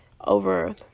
over